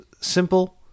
Simple